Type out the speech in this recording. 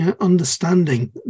understanding